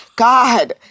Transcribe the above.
God